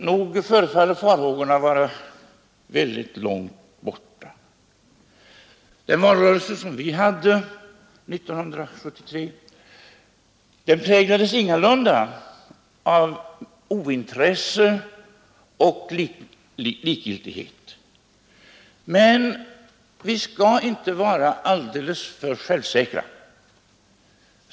Nog förefaller farhågorna vara väldigt långt borta. Den valrörelse som vi hade 1973 präglades ingalunda av ointresse och likgiltighet. Men vi skall inte vara alldeles för självsäkra.